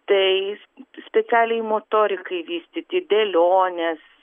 tai specialiai motorikai vystyti dėlionės